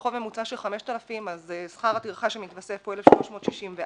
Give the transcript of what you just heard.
בחוב ממוצע של 5,000 שכר הטרחה שמתווסף פה הוא 1,364,